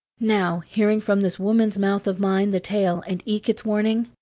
now, hearing from this woman's mouth of mine, the tale and eke its warning,